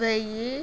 వెయ్యి